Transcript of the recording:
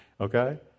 Okay